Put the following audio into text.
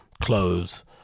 clothes